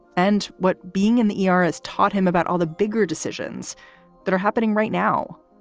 and what being in the e r. has taught him about all the bigger decisions that are happening right now.